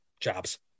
jobs